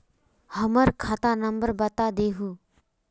हमर खाता नंबर बता देहु?